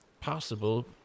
possible